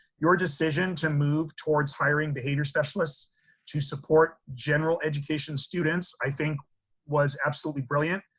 your decision to move towards hiring behavior specialists to support general education students, i think was absolutely brilliant.